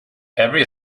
every